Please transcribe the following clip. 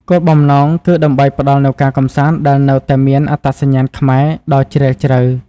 គោលបំណងគឺដើម្បីផ្តល់នូវការកម្សាន្តដែលនៅតែមាន អត្តសញ្ញាណខ្មែរ ដ៏ជ្រាលជ្រៅ។